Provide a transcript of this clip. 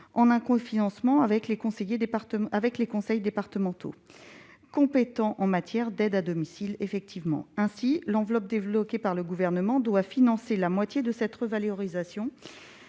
en un cofinancement avec les conseils départementaux, effectivement compétents en matière d'aide à domicile. Ainsi, l'enveloppe débloquée par le Gouvernement doit financer la moitié de cette revalorisation,